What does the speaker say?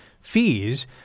fees